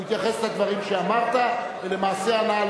הוא התייחס לדברים שאמרת, ולמעשה ענה.